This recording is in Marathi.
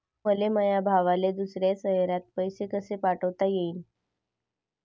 मले माया भावाले दुसऱ्या शयरात पैसे कसे पाठवता येईन?